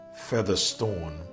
Featherstone